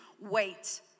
wait